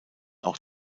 auch